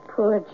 Poor